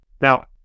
Now